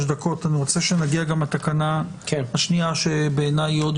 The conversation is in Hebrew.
אני מבין שהתקנה הזו קודם כל היא תקנה חדשה במובן הזה שאין לה,